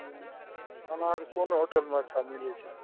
हूँ खाना आर कोन होटलमे अच्छा मिलैत छै